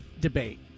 debate